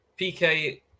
PK